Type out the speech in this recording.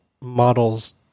models